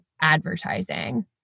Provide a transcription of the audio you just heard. advertising